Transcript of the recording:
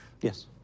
Yes